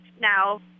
now